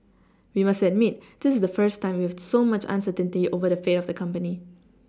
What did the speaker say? we must admit this is the first time we've so much uncertainty over the fate of the company